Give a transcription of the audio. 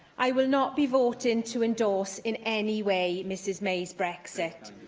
i will not be voting to endorse in any way mrs may's brexit.